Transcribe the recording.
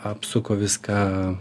apsuko viską